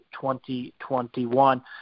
2021